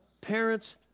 Parents